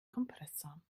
kompressor